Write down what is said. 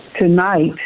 Tonight